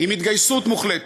עם התגייסות מוחלטת,